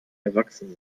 erwachsen